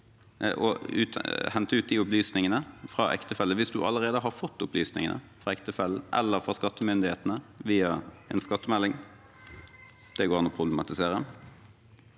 å hente ut de opplysningene fra ektefelle hvis man allerede har fått opplysningene fra ektefellen eller fra skattemyndighetene via en skattemelding? Det går det an å problematisere.